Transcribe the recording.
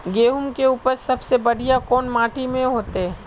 गेहूम के उपज सबसे बढ़िया कौन माटी में होते?